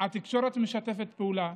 התקשורת משתפת פעולה.